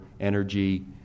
energy